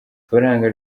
ifaranga